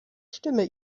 stimme